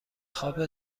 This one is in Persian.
خواب